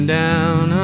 down